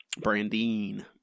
Brandine